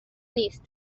نیست